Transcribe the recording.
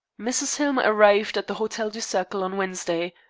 mrs. hillmer arrived at the hotel du cercle on wednesday.